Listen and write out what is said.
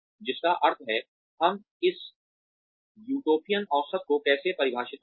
जिसका अर्थ है हम इस यूटोपियन औसत को कैसे परिभाषित करते हैं